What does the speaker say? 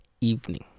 evening